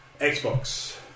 Xbox